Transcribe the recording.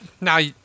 now